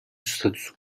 statüsü